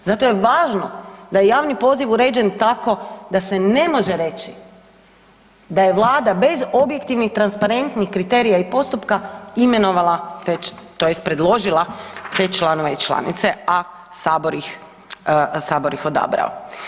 Zato je važno da je javni poziv uređen tako da se ne može reći da je vlada bez objektivnih i transparentnih kriterija i postupka imenovala tj. predložila te članove i članice, a sabor ih, sabor ih odabrao.